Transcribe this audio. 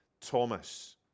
Thomas